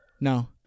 no